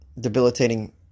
debilitating